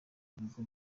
ibigo